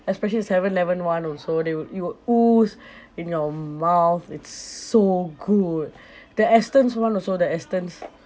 especially seven eleven [one] also they will it will ooze in your mouth it's so good the astons [one] also the astons